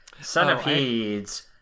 Centipedes